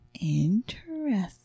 Interesting